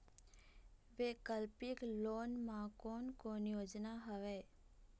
वैकल्पिक लोन मा कोन कोन योजना हवए?